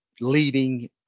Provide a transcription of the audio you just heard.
leading